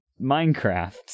Minecraft